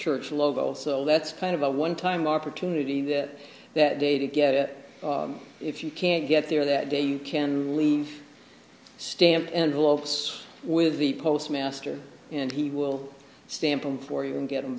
church logo and so that's kind of a one time opportunity that that day to get it if you can't get there that day you can leave stamp and lopes with the postmaster and he will stamp them for you and get